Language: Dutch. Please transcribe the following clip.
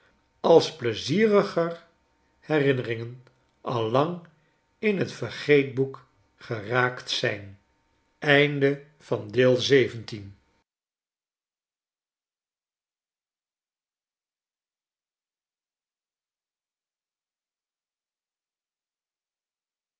als pleizieriger herinneringen al lang in t vergeetboek geraakt zijn